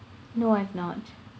no I've not